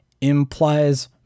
implies